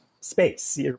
Space